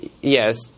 yes